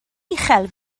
uchel